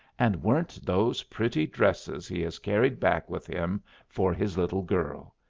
and weren't those pretty dresses he has carried back with him for his little girl?